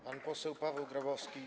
Pan poseł Paweł Grabowski,